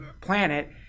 planet